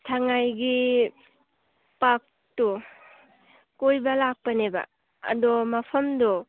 ꯁꯉꯥꯏꯒꯤ ꯄꯥꯛꯇꯣ ꯀꯣꯏꯕ ꯂꯥꯛꯄꯅꯦꯕ ꯑꯗꯣ ꯃꯐꯝꯗꯣ